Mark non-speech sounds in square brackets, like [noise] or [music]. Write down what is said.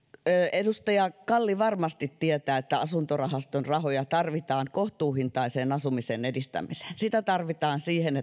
edustaja kalli varmasti tietää että asuntorahaston rahoja tarvitaan kohtuuhintaisen asumisen edistämiseen sitä tarvitaan siihen [unintelligible]